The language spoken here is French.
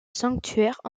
sanctuaires